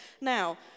Now